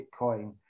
bitcoin